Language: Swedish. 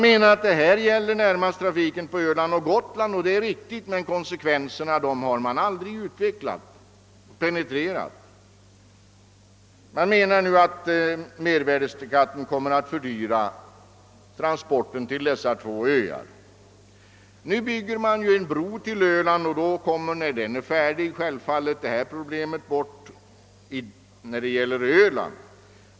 Yrkandet avser närmast trafiken på Öland och Gotland, men konsekvenserna av ett sådant undantag har man inte penetrerat. Motionerna pekar på att mervärdeskatten kommer att fördyra transporterna till dessa två öar. Men nu bygger man ju en bro till Öland, och när den är färdig bortfaller problemet för Ölands del.